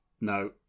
no